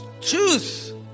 Truth